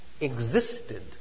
existed